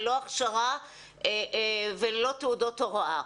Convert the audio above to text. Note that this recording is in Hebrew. ללא הכשרה וללא תעודות הוראה.